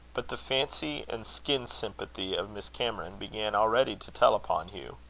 but the fancy and skin-sympathy of miss cameron began already to tell upon hugh.